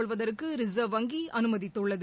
கொள்வதற்கு ரிசர்வ் வங்கி அனுமதித்துள்ளது